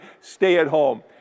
stay-at-home